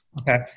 Okay